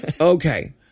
Okay